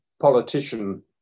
politician